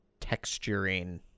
texturing